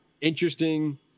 interesting